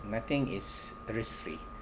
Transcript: nothing is risk free